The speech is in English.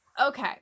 Okay